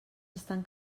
estan